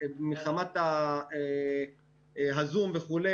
מחמת הזום וכו',